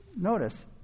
Notice